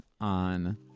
on